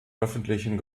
öffentlichen